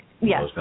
Yes